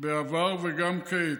בעבר וגם כעת.